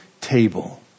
table